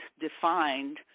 defined